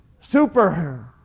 super